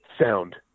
sound